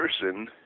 person